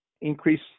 increase